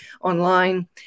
online